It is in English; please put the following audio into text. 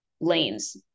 lanes